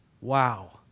Wow